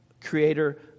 creator